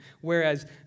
Whereas